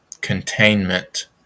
containment